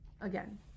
again